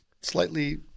slightly